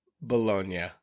Bologna